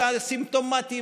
זה א-סימפטומטיים,